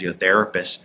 physiotherapists